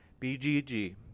BGG